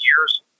years